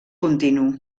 continu